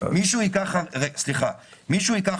הרי אף אחד לא ייקח